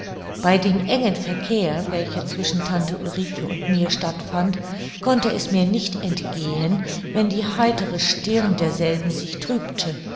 bei dem engen verkehr welcher zwischen tante ulrike und mir stattfand konnte es mir nicht entgehen wenn die heitere stirn derselben sich trübte